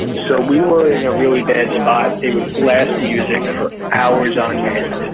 so we were in a really bad spot, they would blast music for hours on end.